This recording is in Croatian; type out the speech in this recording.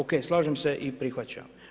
Ok slažem se i prihvaćam.